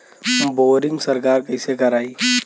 Boring सरकार कईसे करायी?